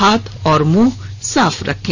हाथ और मुंह साफ रखें